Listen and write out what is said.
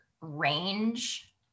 range